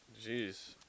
Jeez